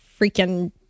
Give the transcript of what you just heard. freaking